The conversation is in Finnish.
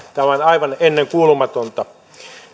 on aivan ennenkuulumatonta